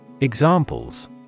Examples